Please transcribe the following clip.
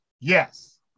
Yes